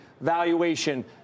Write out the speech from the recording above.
valuation